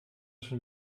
schon